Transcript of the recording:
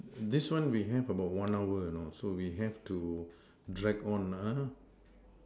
this one we have about one hour you know so we have to drag on uh